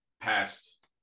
past